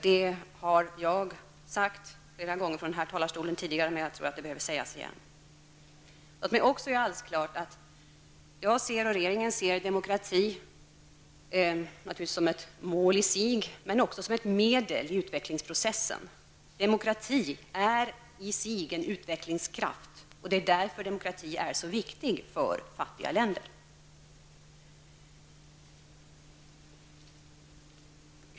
Det har jag sagt flera gånger tidigare från den här talarstolen, men jag tror att det behöver sägas igen. Låt mig också göra alldeles klart att jag och regeringen naturligtvis ser demokrati som ett mål i sig, men också som ett medel i utvecklingsprocessen. Demokrati är i sig en utvecklingskraft. Det är därför demokrati är så viktig för fattiga länder.